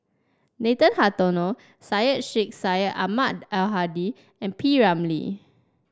Nathan Hartono Syed Sheikh Syed Ahmad Al Hadi and P Ramlee